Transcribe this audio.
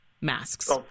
masks